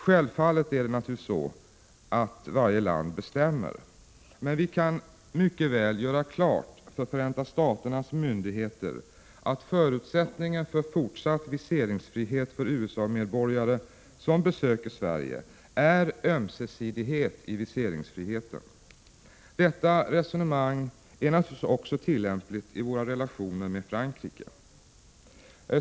Självfallet bestämmer varje land, men vi kan mycket väl göra klart för Förenta Staternas myndigheter att förutsättningen för fortsatt 147 viseringsfrihet för USA-medborgare som besöker Sverige är ömsesidighet i viseringsfriheten. Detta resonemang är naturligtvis också tillämpligt i våra relationer med Frankrike.